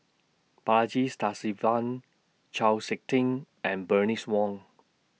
Balaji Sadasivan Chau Sik Ting and Bernice Wong